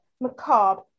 Macabre